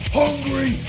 hungry